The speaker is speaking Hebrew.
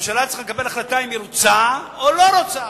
הממשלה צריכה לקבל החלטה אם היא רוצה או לא רוצה,